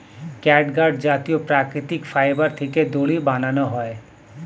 catgut জাতীয় প্রাকৃতিক fibre থেকে দড়ি বানানো হয়